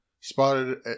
spotted